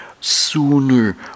sooner